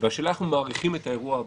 השעייתו לפי סעיף 42ב רבא לחוק-יסוד: